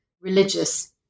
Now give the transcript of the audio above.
religious